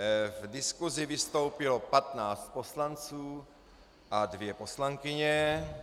V diskusi vystoupilo 15 poslanců a dvě poslankyně.